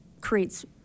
creates